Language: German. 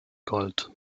gold